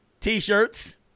t-shirts